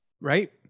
Right